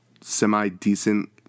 semi-decent